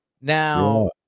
Now